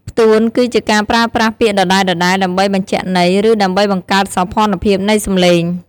ផ្ទួន គឺជាការប្រើប្រាស់ពាក្យដដែលៗដើម្បីបញ្ជាក់ន័យ ឬដើម្បីបង្កើតសោភ័ណភាពនៃសំឡេង។